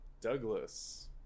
Douglas